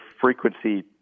frequency